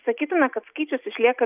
sakytume kad skaičius išlieka